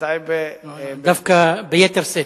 טייבה, דווקא ביתר שאת.